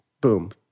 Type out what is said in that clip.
Boom